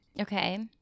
Okay